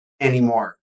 anymore